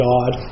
God